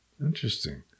interesting